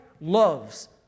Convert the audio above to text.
loves